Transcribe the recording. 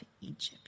Egypt